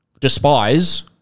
despise